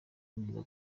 neza